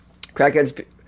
Crackheads